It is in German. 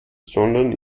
sondern